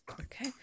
okay